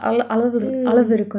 (uh huh)